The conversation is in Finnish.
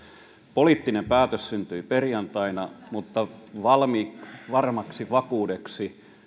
poliittinen päätös syntyi perjantaina mutta varmaksi vakuudeksi